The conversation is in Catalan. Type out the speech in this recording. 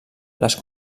les